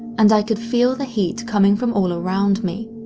and i could feel the heat coming from all around me.